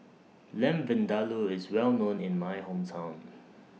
Lamb Vindaloo IS Well known in My Hometown